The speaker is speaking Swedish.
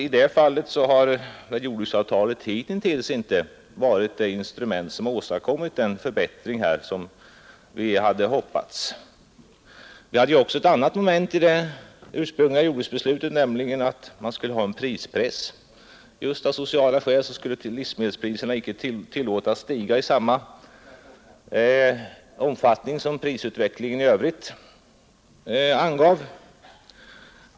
I det fallet har jordbruksavtalet hitintills inte åstadkommit den förbättring som vi hade hoppats på. Vi hade ett annat moment i det ursprungliga jordbrukspolitiska beslutet, nämligen att man skulle ha en prispress. Just av sociala skäl skulle livsmedelspriserna inte tillåtas stiga i samma omfattning som prisutvecklingen i övrigt angav.